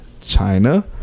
China